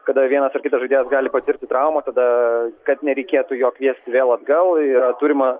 kada vienas ar kitas žaidėjas gali patirti traumą tada kad nereikėtų jo kviesti vėl atgal yra turima